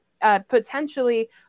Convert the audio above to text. potentially